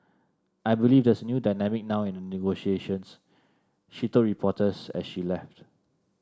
I believe there's a new dynamic now in the negotiations she told reporters as she left